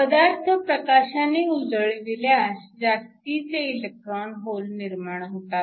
पदार्थ प्रकाशाने उजळविल्यास जास्तीचे इलेक्ट्रॉन व होल निर्माण होतात